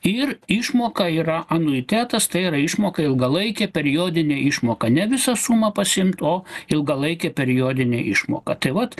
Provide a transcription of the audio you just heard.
ir išmoka yra anuitetas tai yra išmoka ilgalaikė periodinė išmoka ne visą sumą pasiimt o ilgalaikę periodinę išmoką tai vat